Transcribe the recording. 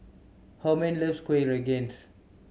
Hermann loves Kueh Rengas